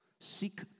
Seek